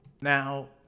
Now